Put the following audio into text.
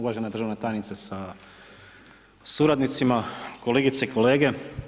Uvažena državna tajnice sa suradnicima, kolegice i kolege.